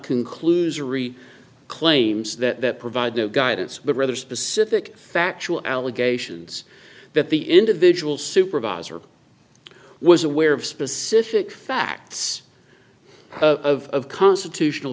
conclusion re claims that provide no guidance but rather specific factual allegations that the individual supervisor was aware of specific facts of constitutional